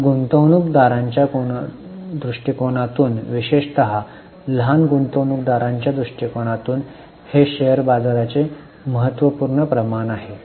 तर गुंतवणूकदारांच्या कोनातून विशेषत लहान गुंतवणूकदाराच्या कोनातून हे शेअर बाजाराचे महत्त्वपूर्ण प्रमाण आहे